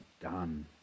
done